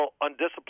undisciplined